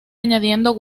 añadiendo